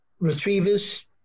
retrievers